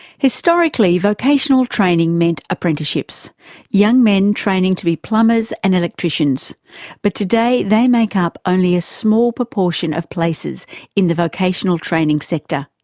historically, vocational training meant apprenticeships young men training to be plumbers and electricians but today they make up only a small proportion of places in the vocational training sector.